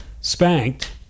spanked